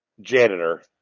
Janitor